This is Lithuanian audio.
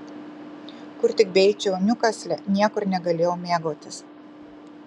kur tik beeičiau niukasle niekur negalėjau mėgautis